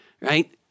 right